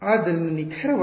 ಆದ್ದರಿಂದ ನಿಖರವಾಗಿ